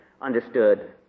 understood